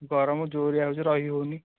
ଗରମ ଜୋରିଆ ହେଉଛି ରହି ହଉନି